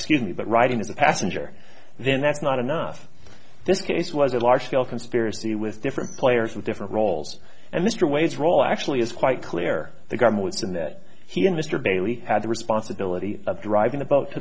excuse me but writing as a passenger then that's not enough this case was a large scale conspiracy with different players with different roles and mr ways role actually is quite clear the government's in that he and mr bailey had the responsibility of driving the boat